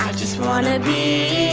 just want to be